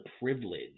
privilege